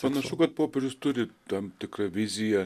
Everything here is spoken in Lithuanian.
panašu kad popiežius turi tam tikrą viziją